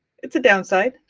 it's a down side,